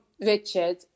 Richard